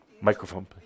Microphone